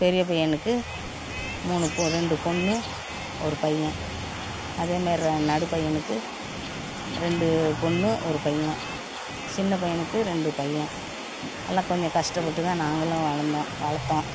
பெரிய பையனுக்கு மூணு பொ ரெண்டு பொண்ணு ஒரு பையன் அதே நேரம் நடு பையனுக்கு ரெண்டு பொண்ணு ஒரு பையன் சின்ன பையனுக்கு ரெண்டு பையன் எல்லாம் கொஞ்சம் கஸ்டப்பட்டுதான் நாங்களும் வளர்ந்தோம் வளர்த்தோம்